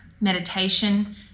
meditation